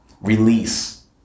release